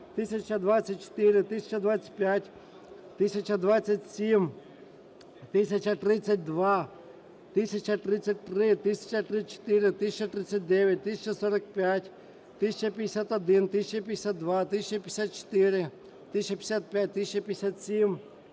1024, 1025, 1027, 1032, 1033, 1034, 1039, 1045, 1051, 1052, 1054, 1055, 1057,